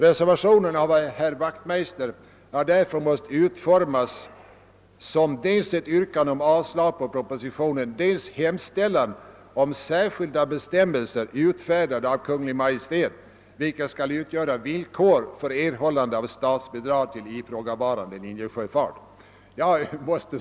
Reservationen av herr Wachtmeister har därför måst utformas som dels ett yrkande om avslag på propositionen, dels en hemställan om särskilda bestämmelser utfärdade av Kungl. Maj:t, vilka skall utgöra villkor för erhållande av statsbidrag till ifrågavarande linjesjöfart.